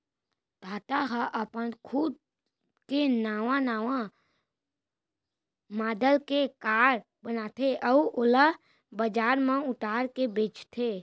टाटा ह अपन खुद के नवा नवा मॉडल के कार बनाथे अउ ओला बजार म उतार के बेचथे